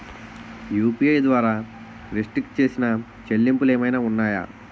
UPI ద్వారా restrict చేసిన చెల్లింపులు ఏమైనా ఉన్నాయా?